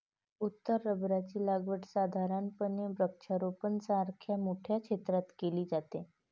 उत्तर रबराची लागवड साधारणपणे वृक्षारोपणासारख्या मोठ्या क्षेत्रात केली जाते